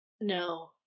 No